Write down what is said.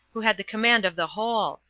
who had the command of the whole,